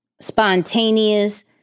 spontaneous